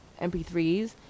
MP3s